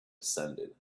descended